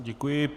Děkuji.